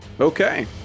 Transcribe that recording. Okay